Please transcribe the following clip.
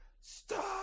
stop